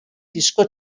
disko